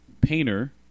painter